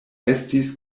estis